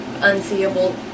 unseeable